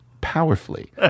powerfully